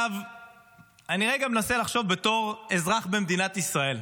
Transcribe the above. אני רגע מנסה לחשוב בתור אזרח במדינת ישראל,